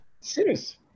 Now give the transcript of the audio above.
Serious